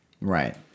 Right